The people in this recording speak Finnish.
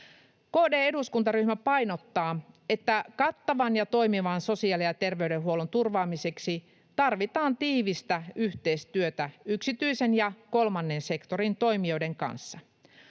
KD-eduskuntaryhmä painottaa, että kattavan ja toimivan sosiaali‑ ja terveydenhuollon turvaamiseksi tarvitaan tiivistä yhteistyötä yksityisen ja kolmannen sektorin toimijoiden kanssa.